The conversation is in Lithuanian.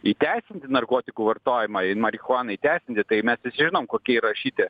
įteisinti narkotikų vartojimą ir marihuaną įteisinti tai mes visi žinom kokie yra įrašyti